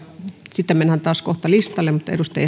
sitten mennään taas kohta listalle